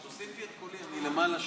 תוסיפי את קולי, אני למעלה שם.